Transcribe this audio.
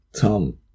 Tom